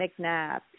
McNabb